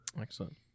excellent